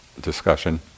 discussion